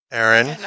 Aaron